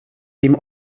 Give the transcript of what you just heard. dim